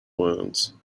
wounds